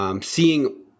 Seeing